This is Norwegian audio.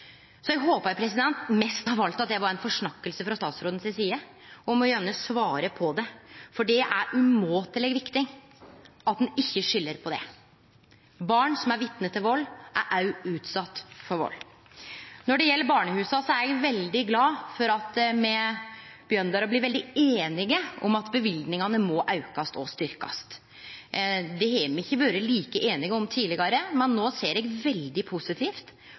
eg håpar mest av alt at det var ei forsnakking frå statsråden si side. Og han må gjerne svare på det, for det er umåteleg viktig at ein ikkje skil mellom det. Barn som er vitne til vald, er òg utsette for vald. Når det gjeld barnehusa, er eg veldig glad for at me begynner å bli veldig einige om at løyvingane må aukast og styrkast. Det har me ikkje vore like einige om tidlegare, men no ser eg veldig positivt